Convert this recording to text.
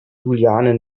juliane